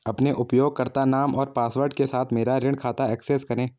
अपने उपयोगकर्ता नाम और पासवर्ड के साथ मेरा ऋण खाता एक्सेस करें